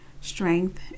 strength